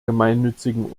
gemeinnützigen